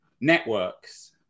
networks